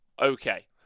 Okay